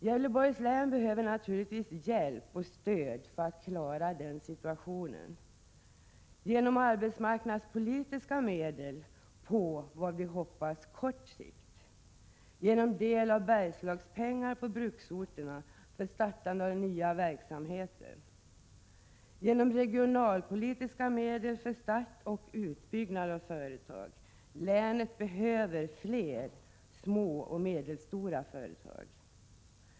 Gävleborgs län behöver naturligtvis hjälp och stöd för att klara situationen genom arbetsmarknadspolitiska medel på, som vi hoppas, kort sikt, genom regionalpolitiska medel för start och utbyggnad av företag. Länet behöver fler små och medelstora företag.